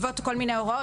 הוראות,